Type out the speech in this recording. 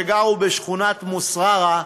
שגרו בשכונת מוסררה,